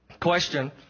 Question